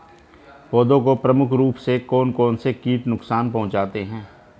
पौधों को प्रमुख रूप से कौन कौन से कीट नुकसान पहुंचाते हैं?